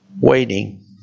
waiting